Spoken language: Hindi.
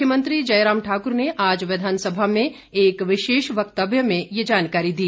मुख्यमंत्री जयराम ठाकुर ने आज विधानसभा में एक विशेष व्यक्तव्य में ये जानकारी दी